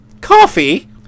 Coffee